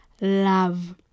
love